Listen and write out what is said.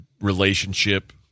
relationship